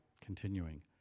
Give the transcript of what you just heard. continuing